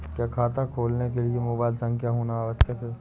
क्या खाता खोलने के लिए मोबाइल संख्या होना आवश्यक है?